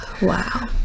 Wow